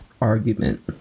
argument